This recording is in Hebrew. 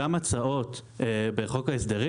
גם הצעות בחוק ההסדרים,